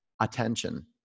attention